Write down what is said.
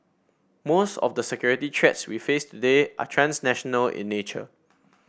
most of the security threats we face today are transnational in nature